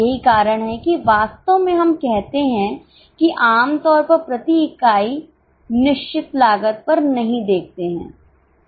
यही कारण है कि वास्तव में हम कहते हैं कि आम तौर पर प्रति इकाई निश्चित लागत पर नहीं देखते हैं